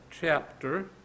chapter